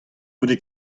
goude